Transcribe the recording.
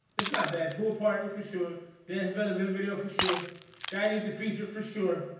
it's not bad pool party for sure dance but sort of video for sure guy need to feature for sure